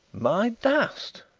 my dust!